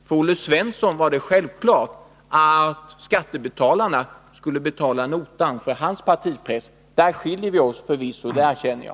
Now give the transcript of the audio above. För Olle Svensson var det självklart att skattebetalarna skulle betala notan för hans partipress. Där skiljer vi oss förvisso; det erkänner jag.